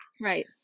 Right